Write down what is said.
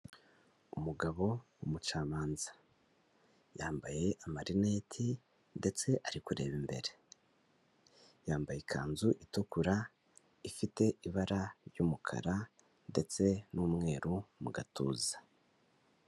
Umugabo w'umucamanza. Yambaye amarineti ndetse ari kureba imbere. Yambaye ikanzu itukura ifite ibara ry'umukara ndetse n'umweru mu gatuza.